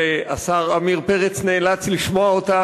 והשר עמיר פרץ נאלץ לשמוע אותה,